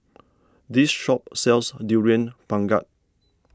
this shop sells Durian Pengat